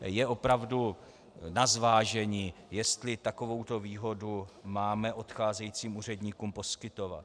Je opravdu na zvážení, jestli takovou výhodu máme odcházejícím úředníkům poskytovat.